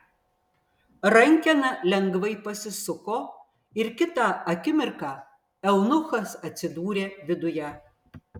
rankena lengvai pasisuko ir kitą akimirką eunuchas atsidūrė viduje